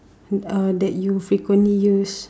um that you frequently use